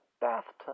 bathtub